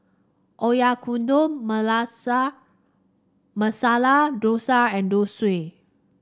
Oyakodon Malasa Masala Dosa and Zosui